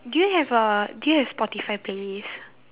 do you have a do you have Spotify playlist